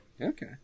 Okay